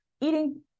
Eating